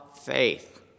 faith